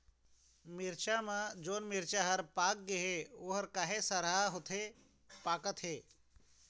मिरचा म जोन मिरचा हर पाक गे हे ओहर काहे सरहा होथे कागजात हे?